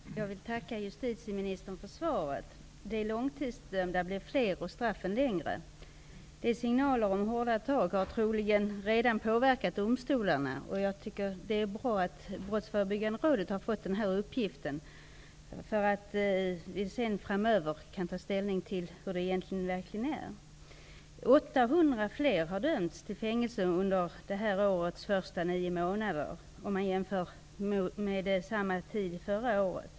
Fru talman! Jag vill tacka justitieministern för svaret. De långtidsdömda blir fler och straffen längre. Signaler om hårda tag har troligen redan påverkat domstolarna. Jag tycker att det är bra att Brottsförebyggande rådet har fått den här uppgiften, så att vi framöver kan ta ställning till hur det verkligen är. 800 fler har dömts till fängelse under det här årets första nio månader jämfört med samma tid förra året.